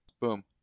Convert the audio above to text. Boom